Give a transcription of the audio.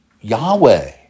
Yahweh